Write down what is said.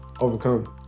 overcome